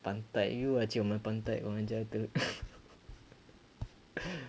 pantai you macam orang pandai ada orang jaga